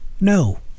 no